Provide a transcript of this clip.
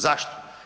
Zašto?